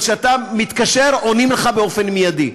זאת אומרת, כשאתה מתקשר, עונים לך באופן מיידי.